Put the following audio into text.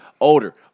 Older